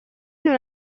non